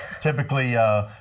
typically –